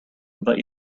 but